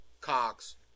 Cox